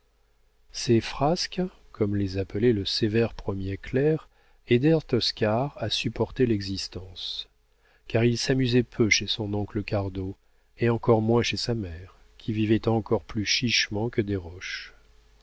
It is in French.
ces frasques comme les appelait le sévère premier clerc aidèrent oscar à supporter l'existence car il s'amusait peu chez son oncle cardot et encore moins chez sa mère qui vivait encore plus chichement que desroches